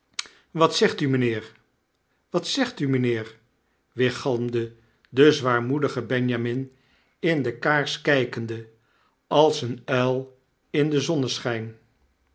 wat zegt u mynheer wat zegt u mijnheer weergalmde de zwaarmoedige benjamin in de kaars kykende als een uil in den zonneschyn